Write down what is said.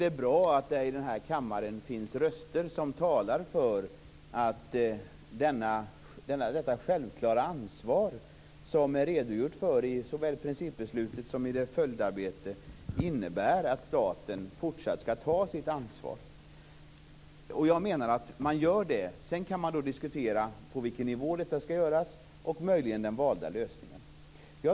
Det är bra att det i denna kammare finns röster som talar för detta självklara ansvar som det redogjordes för såväl i principbeslutet som i dess följdarbete. Det innebär att staten fortsatt skall ta sitt ansvar. Sedan kan man diskutera på vilken nivå som detta ansvar skall ligga och möjligen den valda lösningen.